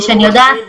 שקל.